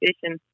fishing